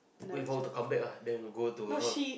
wait for her to come back ah then go to her house